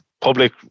public